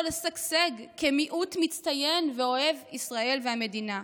לשגשג כמיעוט מצטיין ואוהב ישראל והמדינה.